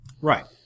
right